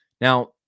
Now